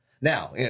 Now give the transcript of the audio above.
now